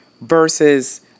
versus